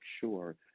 sure